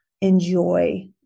enjoy